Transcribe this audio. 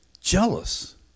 jealous